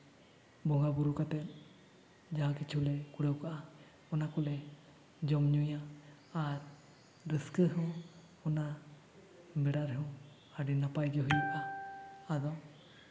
ᱵᱚᱸᱜᱟᱼᱵᱩᱨᱩ ᱠᱟᱛᱮᱫ ᱡᱟᱣ ᱠᱤᱪᱷᱩ ᱞᱮ ᱠᱩᱲᱟᱹᱣ ᱠᱟᱜᱼᱟ ᱚᱱᱟ ᱠᱚᱞᱮ ᱡᱚᱢᱼᱧᱩᱭᱟ ᱟᱨ ᱨᱟᱹᱥᱠᱟᱹ ᱦᱚᱸ ᱚᱱᱟ ᱵᱮᱲᱟ ᱨᱮᱦᱚᱸ ᱟᱹᱰᱤ ᱱᱟᱯᱟᱭ ᱜᱮ ᱦᱩᱭᱩᱜᱼᱟ ᱟᱫᱚ